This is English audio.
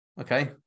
Okay